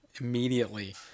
Immediately